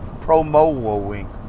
promoing